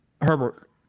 Herbert